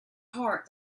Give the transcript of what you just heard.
heart